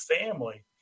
family